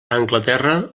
anglaterra